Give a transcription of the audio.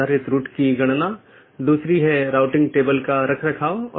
packet IBGP साथियों के बीच फॉरवर्ड होने के लिए एक IBGP जानकार मार्गों का उपयोग करता है